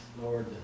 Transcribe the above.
Lord